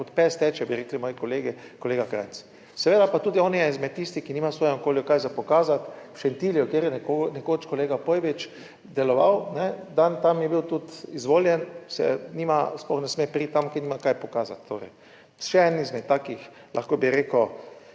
kot pes teče, bi rekli moji kolegi, kolega Krajnc. Seveda, pa tudi on je eden izmed tistih, ki nima v svojem okolju kaj za pokazati, v Šentilju, kjer je nekoč kolega Pojbič deloval, dan tam je bil tudi izvoljen, se nima, sploh ne sme priti tam kjer nimajo kaj pokazati, torej še eden izmed takih, lahko bi rekel